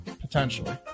potentially